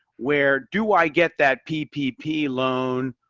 where, do i get that ppp loan,